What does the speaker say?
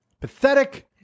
pathetic